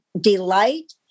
delight